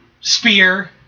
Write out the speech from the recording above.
spear